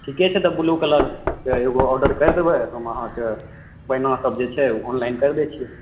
ठीके छै तऽ बुलू कलरके एगो ऑर्डर करि देबै हम अहाँके बइना सभ जे छै ऑनलाइन करि दै छी